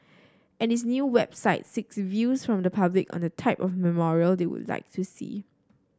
and its new website seeks views from the public on the type of memorial they would like to see